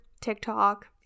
tiktok